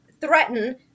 threaten